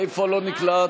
איפה לא נקלט?